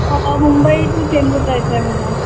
Mumbai to Chembur जायचं आहे मला